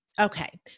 Okay